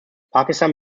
pakistan